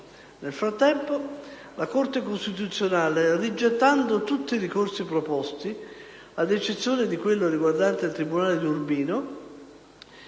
Nel frattempo, la Corte costituzionale rigettando tutti i ricorsi proposti - ad eccezione di quello riguardante il tribunale di Urbino